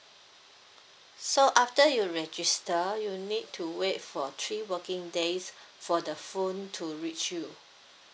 so after you register you need to wait for three working days for the phone to reach you